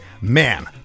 man